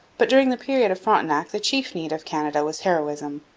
but during the period of frontenac the chief need of canada was heroism.